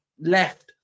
left